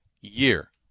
year